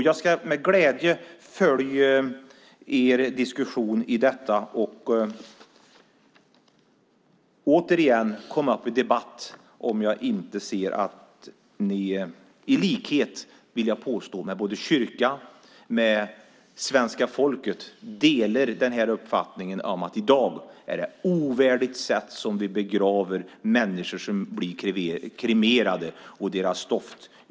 Jag ska med glädje följa er diskussion om detta och återigen ta upp det till debatt om jag inte ser att ni i likhet med, vill jag påstå, både kyrkan och svenska folket har uppfattningen att vi i dag begraver stoftet från människor som kremeras på ett ovärdigt sätt.